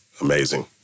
amazing